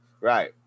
right